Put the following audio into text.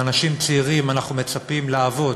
מאנשים צעירים אנחנו מצפים לעבוד,